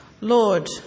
Lord